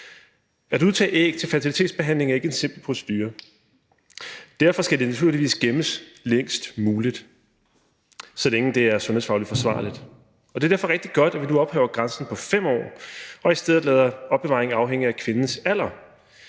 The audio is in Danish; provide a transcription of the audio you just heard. At udtage æg til fertilitetsbehandling er ikke en simpel procedure. Derfor skal de naturligvis gemmes længst muligt, så længe det er sundhedsfagligt forsvarligt, og det er derfor rigtig godt, at vi nu ophæver grænsen på 5 år og i stedet lader opbevaring afhænge af kvindens alder.